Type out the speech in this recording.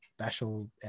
special